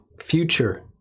future